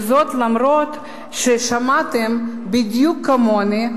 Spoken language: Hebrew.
וזאת אף-על-פי ששמעתם בדיוק כמוני,